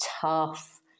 tough